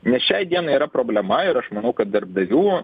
nes šiai dienai yra problema ir aš manau kad darbdavių